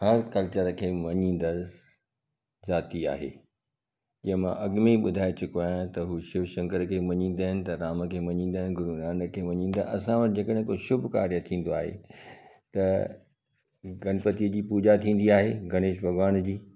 हर कल्चर खे मञींदड़ु ज़ाती आहे इहा मां अॻ में ई ॿुधाए चुको आहियां त उहो शिव शंकर खे मञींदा आहिनि त राम खे मञींदा आहिनि गुरुनानक खे मञींदा असां वटि जेकॾहिं कोई शुभ कार्य थींदो आहे त गणपति जी पूॼा थींदी आहे गणेश भॻिवान जी